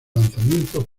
lanzamiento